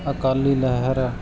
ਅਕਾਲੀ ਲਹਿਰ